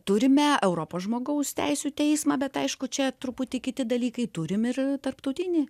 turime europos žmogaus teisių teismą bet aišku čia truputį kiti dalykai turim ir tarptautinį